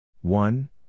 one